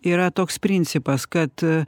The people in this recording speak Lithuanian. yra toks principas kad